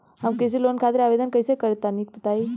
हम कृषि लोन खातिर आवेदन कइसे करि तनि बताई?